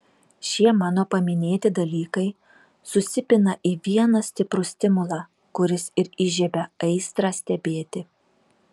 šie mano paminėti dalykai susipina į vieną stiprų stimulą kuris ir įžiebia aistrą stebėti